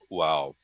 wow